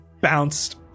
bounced